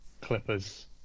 Clippers